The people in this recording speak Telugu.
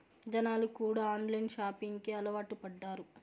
జనాలు కూడా ఆన్లైన్ షాపింగ్ కి అలవాటు పడ్డారు